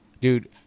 dude